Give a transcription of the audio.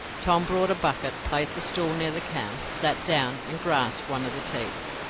tom brought a bucket, placed the stool near the cow, sat down, and grasped one of the teats.